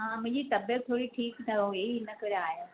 हा मुंहिंजी तबियत थोरी ठीकु न हुई इन करे आयसि